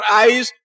eyes